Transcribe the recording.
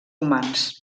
humans